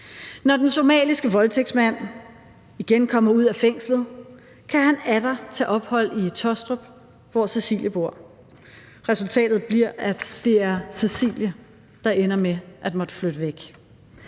Når den somaliske voldtægtsmand igen kommer ud af fængslet, kan han atter tage ophold i Taastrup, hvor Cecilie bor. Resultatet bliver, at det er Cecilie, der ender med at måtte flytte væk.